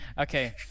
okay